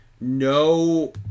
no